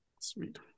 Sweet